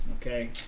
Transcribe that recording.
Okay